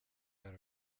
out